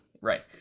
Right